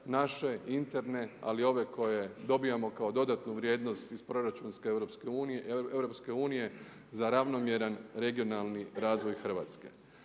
naše interne ali i ove koje dobivamo kao dodatnu vrijednost iz proračunske EU za ravnomjeran regionalni razvoj Hrvatske.